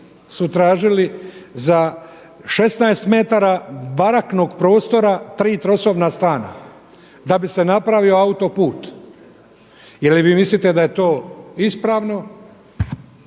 su tražili za 16 m baraknog prostora tri trosobna stana da bi se napravio autoput ili vi mislite da je to ispravno?